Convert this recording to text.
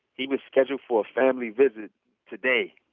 he was scheduled for a family visit today.